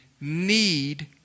need